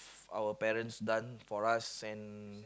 our parents done for us and